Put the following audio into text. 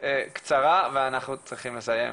קצרה ואנחנו צריכים לסיים.